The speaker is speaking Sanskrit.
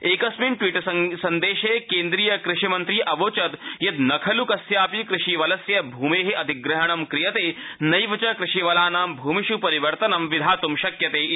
क्रिस्मिन् ट्वीट सन्देशे केन्द्रीय कृषि मन्त्री अवोचत् यत् न खल् कस्यापि कृषीवलस्य भूमेः अधिग्रहणं क्रियते नैव च कृषीवलानां भूमिष् परिवर्तनं विधास्यते इति